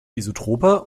isotroper